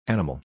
Animal